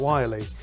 Wiley